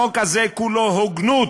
החוק הזה כולו הוגנות,